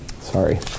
Sorry